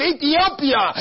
Ethiopia